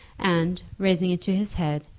and, raising it to his head,